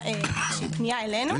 איזושהי פנייה אלינו.